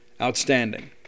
Outstanding